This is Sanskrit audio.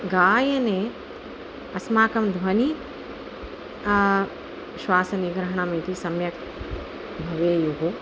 गायने अस्माकं ध्वनिः श्वासनिग्रहणम् इति सम्यक् भवेयुः